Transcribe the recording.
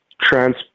trans